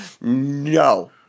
No